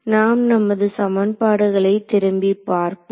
நாம் நமது சமன்பாடுகளை திரும்பிப் பார்ப்போம்